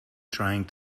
trying